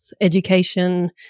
education